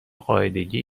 قاعدگی